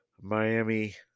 Miami